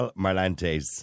Marlantes